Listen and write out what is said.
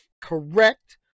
correct